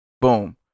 Boom